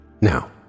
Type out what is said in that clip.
Now